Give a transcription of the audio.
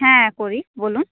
হ্যাঁ করি বলুন